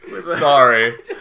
Sorry